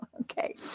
Okay